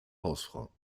hausfrau